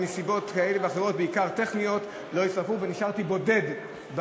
אני צריך להיות בעד.